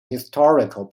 historical